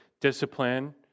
discipline